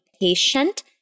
patient